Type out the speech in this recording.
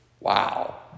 Wow